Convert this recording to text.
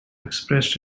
expressed